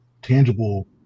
tangible